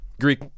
Greek